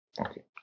Okay